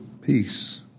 peace